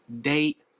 Date